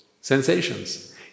sensations